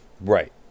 right